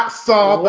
saw